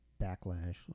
backlash